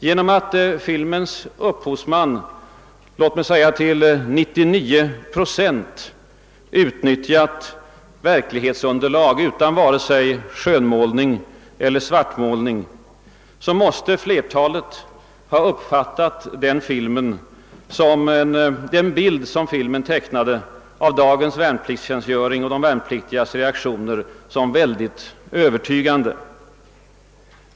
Genom att dess upphovsman till låt mig säga 99 procent utnyttjat verklighetsunderlag utan vare sig skönmålning eller svartmålning måste flertalet åskådare ha uppfattat den bild av dagens värnpliktstjänstgöring och de värnpliktigas reaktioner som filmen tecknade såsom mycket övertygande.